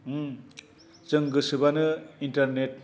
जों गोसोबानो इन्टारनेट